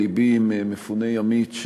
לבי עם מפוני ימית,